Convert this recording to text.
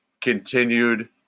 continued